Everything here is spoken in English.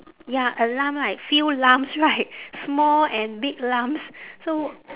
ya a lump right few lumps right small and big lumps so